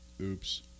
oops